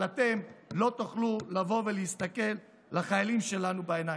אבל אתם לא תוכלו לבוא ולהסתכל לחיילים שלנו בעיניים.